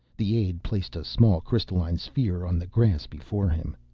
the aide placed a small crystalline sphere on the grass before him.